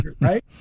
right